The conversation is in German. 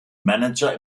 manager